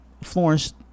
Florence